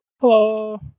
Hello